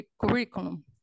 curriculum